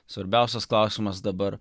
svarbiausias klausimas dabar